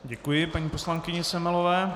Děkuji paní poslankyni Semelové.